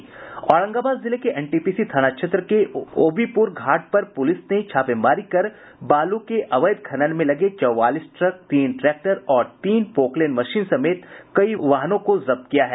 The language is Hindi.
औरंगाबाद जिले में एनटीपीसी थाना क्षेत्र के ओबीपुर घाट पर पुलिस ने छापेमारी कर बालू के अवैध खनन में लगे चौवालीस ट्रक तीन ट्रैक्टर और तीन पोकलेन मशीन समेत कई वाहनों को जब्त किया है